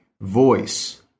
voice